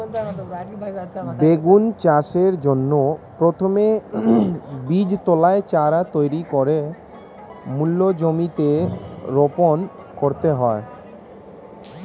বেগুন চাষের জন্য প্রথমে বীজতলায় চারা তৈরি করে মূল জমিতে রোপণ করতে হয়